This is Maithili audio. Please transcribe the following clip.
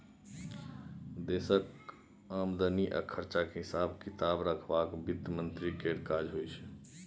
देशक आमदनी आ खरचाक हिसाब किताब राखब बित्त मंत्री केर काज होइ छै